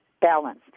balance